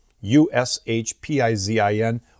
U-S-H-P-I-Z-I-N